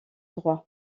droit